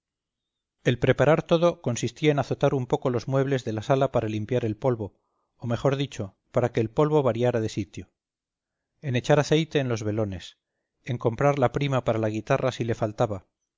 el preparar todo consistía en azotar un poco los muebles de la sala para limpiar el polvo o mejor dicho para que el polvo variara de sitio en echar aceite en los velones en comprar la prima para la guitarra si le faltaba